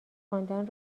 خواندن